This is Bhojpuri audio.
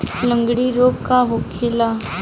लगड़ी रोग का होखेला?